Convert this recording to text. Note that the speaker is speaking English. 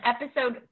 episode